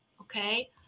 Okay